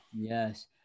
yes